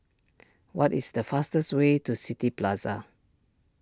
what is the fastest way to City Plaza